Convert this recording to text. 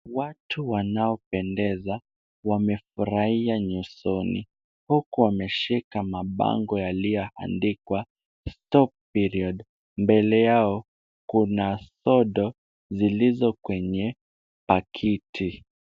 Watu wanaopendeza wamefurahia nyusoni huku wameshika mabango yaliyoandikwa stop period . Mbele yao kuna sodo zilizo kwenye pakiti.